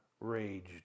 raged